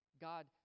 God